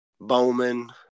Bowman